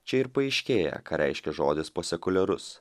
čia ir paaiškėja ką reiškia žodis posekuliarus